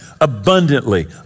abundantly